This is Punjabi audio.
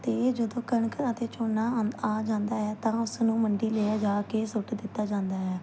ਅਤੇ ਜਦੋਂ ਕਣਕ ਅਤੇ ਝੋਨਾ ਆਂਦ ਆ ਜਾਂਦਾ ਹੈ ਤਾਂ ਉਸਨੂੰ ਮੰਡੀ ਲੈ ਜਾ ਕੇ ਸੁੱਟ ਦਿੱਤਾ ਜਾਂਦਾ ਹੈ